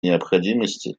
необходимости